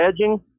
edging